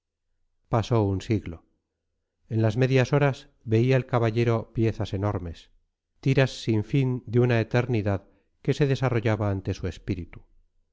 pasó un siglo en las medias horas veía el caballero piezas enormes tiras sin fin de una eternidad que se desarrollaba ante su espíritu